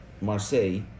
Marseille